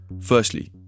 Firstly